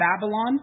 Babylon